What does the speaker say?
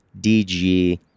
DG